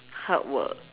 hard work